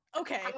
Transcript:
Okay